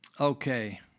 Okay